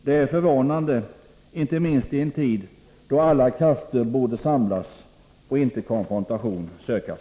Det är förvånande, inte minst i en tid då alla krafter borde samlas och konfrontation inte sökas.